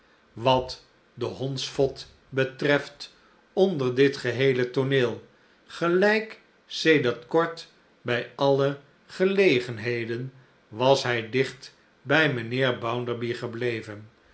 wat den hondsvot betreft onder dit geheele tooneel gelijk sedert kort bij alle gelegenheden was hij dicht bij mijnheer bounderby gebleven